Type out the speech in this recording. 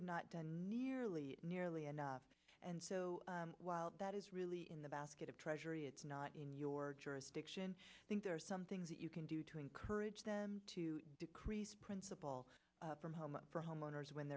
have not done new year early nearly enough and so while that is really in the basket of treasury it's not in your jurisdiction i think there are some things that you can do to encourage them to decrease principal from home for homeowners when